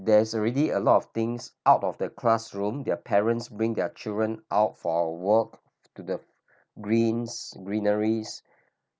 there's already a lot of things out of the classroom their parents bring their children out for work to the greens greeneries